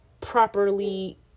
properly